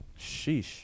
Sheesh